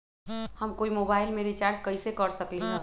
हम कोई मोबाईल में रिचार्ज कईसे कर सकली ह?